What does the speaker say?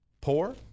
poor